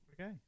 Okay